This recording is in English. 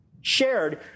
shared